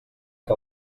que